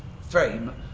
frame